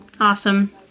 Awesome